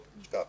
עזוב, תשכח.